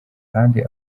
kandi